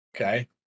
Okay